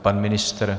Pan ministr?